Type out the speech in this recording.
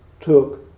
took